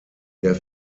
der